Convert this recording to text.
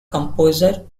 composer